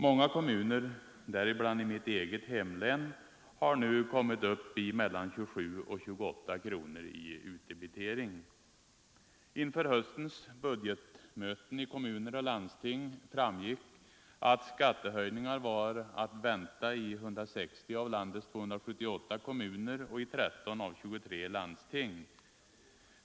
Många kommuner — däribland i mitt eget hemlän — har nu kommit upp till emellan 27 och 28 kronor i utdebitering. Inför höstens budgetmöten i kommuner och landsting framgick att skattehöjningar var att vänta i 160 av landets 278 kommuner och i 13 av 23 landsting.